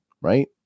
right